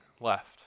left